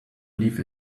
leave